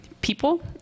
people